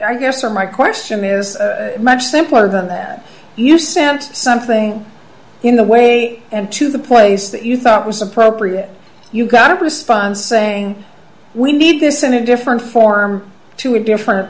i guess or my question is much simpler than that you sent something in the way and to the place that you thought was appropriate you got a response saying we need this in a different form to a different